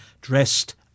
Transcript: dressed